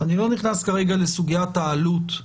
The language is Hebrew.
אני לא נכנס כרגע לסוגיית העלות.